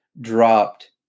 dropped